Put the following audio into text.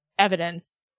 evidence